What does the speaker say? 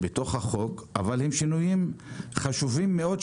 יש כאן חוות דעת שהוגשה על ידי פורום שילה,